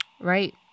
Right